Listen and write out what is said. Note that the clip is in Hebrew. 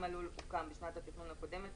אם הלול הוקם בשנת התכנון הקודמת,